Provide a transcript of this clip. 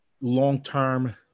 long-term